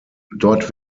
dort